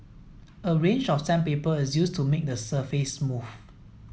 a range of sandpaper is used to make the surface smooth